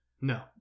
No